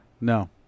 no